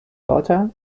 daughter